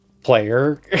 Player